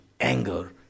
anger